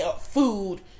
food